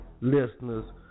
listeners